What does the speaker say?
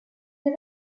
les